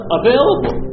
available